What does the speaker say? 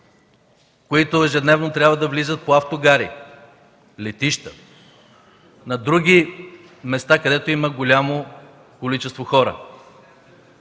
които ежедневно трябва да влизат по автогари, летища и на други места, където има голямо количество хора!?